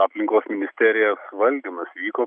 aplinkos ministerijos valdymas vyko